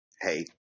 Hey